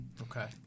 okay